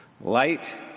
light